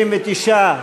59,